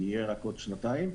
יהיה רק עוד שנתיים.